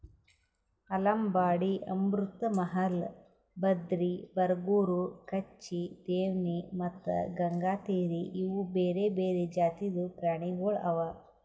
ಆಲಂಬಾಡಿ, ಅಮೃತ್ ಮಹಲ್, ಬದ್ರಿ, ಬರಗೂರು, ಕಚ್ಚಿ, ದೇವ್ನಿ ಮತ್ತ ಗಂಗಾತೀರಿ ಇವು ಬೇರೆ ಬೇರೆ ಜಾತಿದು ಪ್ರಾಣಿಗೊಳ್ ಅವಾ